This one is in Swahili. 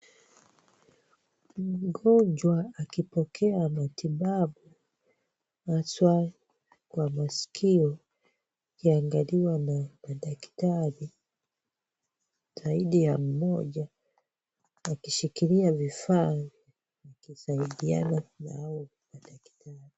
Mgonjwa akipokea matibabu haswa kwa masikio akiangaliwa na madaktari zaidi ya mmoja akishikilia vifaa wakisaidiana na hao madaktari.